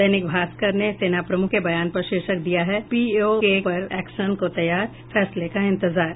दैनिक भास्कर ने सेना प्रमुख के बयान पर शीर्षक दिया है पीओके पर एक्शन को तैयार फैसले का इंतजार